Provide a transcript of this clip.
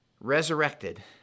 resurrected